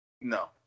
No